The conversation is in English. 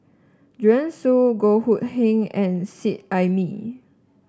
Joanne Soo Goh Hood Keng and Seet Ai Mee